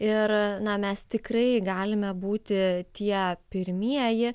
ir na mes tikrai galime būti tie pirmieji